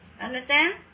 Understand